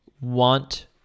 want